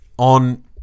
on